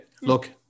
Look